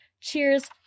Cheers